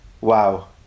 wow